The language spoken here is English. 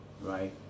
right